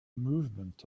movement